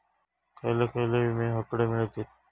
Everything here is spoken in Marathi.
खयले खयले विमे हकडे मिळतीत?